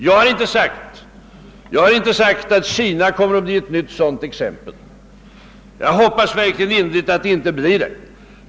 Jag har nu inte sagt att Kina kommer att bli ett nytt sådant exempel och hoppas innerligt att det inte blir det.